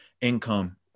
income